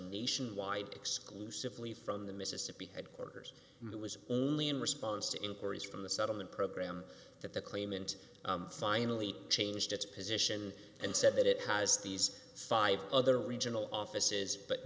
nationwide exclusively from the mississippi headquarters and it was only in response to inquiries from the settlement program that the claimant finally changed its position and said that it has these five other regional offices but